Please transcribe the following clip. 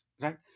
right